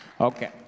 Okay